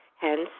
Hence